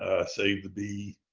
ah save the bee,